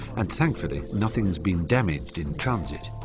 and thankfully nothing's been damaged in transit.